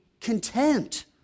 content